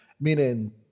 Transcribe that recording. Meaning